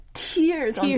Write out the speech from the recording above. Tears